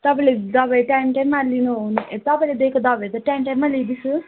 तपाईँले दबाई टाइम टाइममा लिनु हुनु तपाईँले दिएको दबाईहरू त टाइम टाइममा लिँदैछु